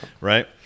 right